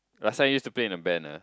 last time I used to play in a band la